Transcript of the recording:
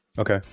Okay